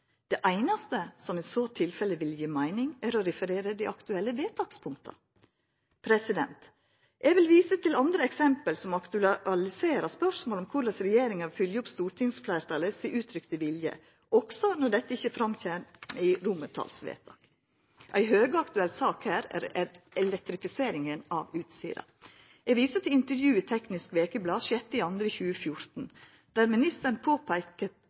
Det einaste som i tilfelle ville gje meining, er å referera dei aktuelle vedtakspunkta. Eg vil visa til andre eksempel som aktualiserer spørsmålet om korleis regjeringa vil følgja opp stortingsfleirtalet sin uttrykte vilje, også når dette ikkje kjem fram i romartalsvedtak. Ei høgaktuell sak her er elektrifisering av Utsira. Eg viser til intervju i Teknisk Ukeblad 6. februar 2014, der ministeren